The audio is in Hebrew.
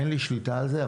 אין לי שליטה על זה,